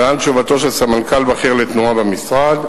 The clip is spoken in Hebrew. להלן תשובתו של סמנכ"ל בכיר לתנועה במשרד: